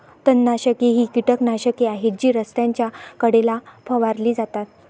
तणनाशके ही कीटकनाशके आहेत जी रस्त्याच्या कडेला फवारली जातात